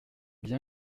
bien